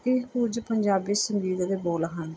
ਇਹ ਕੁਝ ਪੰਜਾਬੀ ਸੰਗੀਤ ਦੇ ਬੋਲ ਹਨ